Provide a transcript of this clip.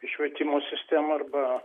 švietimo sistemą arba